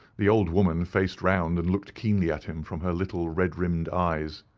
the old woman faced round and looked keenly at him from her little red-rimmed eyes.